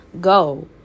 go